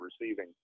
receiving